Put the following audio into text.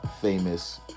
famous